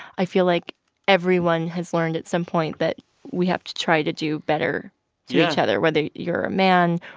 i feel like everyone has learned at some point that we have to try to do better. yeah. to each other, whether you're a man,